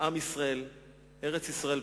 עם ישראל וארץ-ישראל,